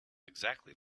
exactly